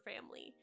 family